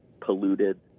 polluted